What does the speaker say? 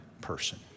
person